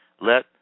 Let